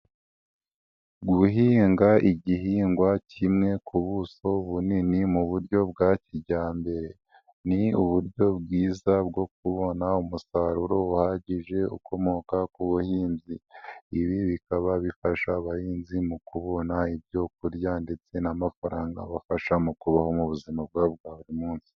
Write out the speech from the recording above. Guhinga igihingwa kimwe ku buso bunini mu buryo bwa kijyambere. Ni uburyo bwiza bwo kubona umusaruro uhagije ukomoka ku buhinzi. Ibi bikaba bifasha abahinzi mu kubona ibyo kurya ndetse n'amafaranga abafasha mu kubaho mu buzima bwabo bwa buri munsi.